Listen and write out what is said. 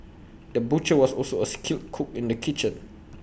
the butcher was also A skilled cook in the kitchen